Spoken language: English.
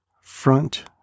front